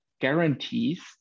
guarantees